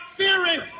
fearing